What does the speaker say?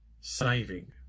saving